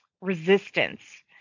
resistance